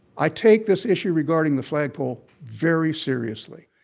i take this issue regarding the flag pole very seriously.